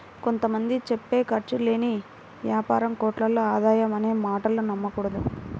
కొంత మంది చెప్పే ఖర్చు లేని యాపారం కోట్లలో ఆదాయం అనే మాటలు నమ్మకూడదు